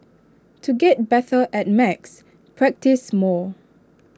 to get better at maths practise more